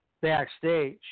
backstage